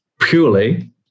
purely